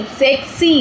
sexy